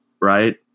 right